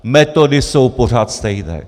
Metody jsou pořád stejné.